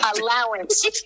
allowance